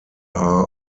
are